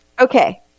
Okay